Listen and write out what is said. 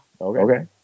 Okay